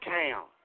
town